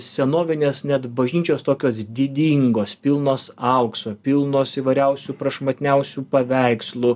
senovinės net bažnyčios tokios didingos pilnos aukso pilnos įvairiausių prašmatniausių paveikslų